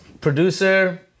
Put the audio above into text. producer